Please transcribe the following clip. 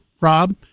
Rob